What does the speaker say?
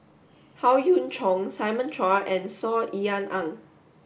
Howe Yoon Chong Simon Chua and Saw Ean Ang